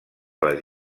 les